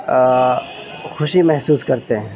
خوشی محسوس کرتے ہیں